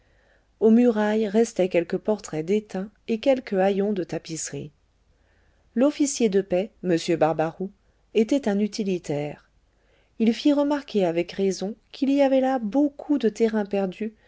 aux murailles restaient quelques portraits déteints et quelques haillons de tapisserie l'officier de paix m barbaroux était un utilitaire il fit remarquer avec raison qu'il y avait là beaucoup de terrain perdu